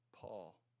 Paul